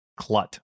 clut